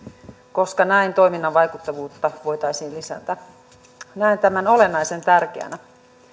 koska näin toiminnan vaikuttavuutta voitaisiin lisätä näen tämän olennaisen tärkeänä